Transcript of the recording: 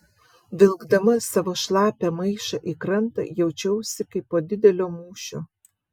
vilkdama savo šlapią maišą į krantą jaučiausi kaip po didelio mūšio